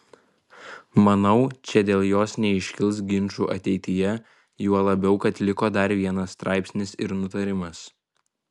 manau čia dėl jos neiškils ginčų ateityje juo labiau kad liko dar vienas straipsnis ir nutarimas